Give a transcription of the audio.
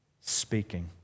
speaking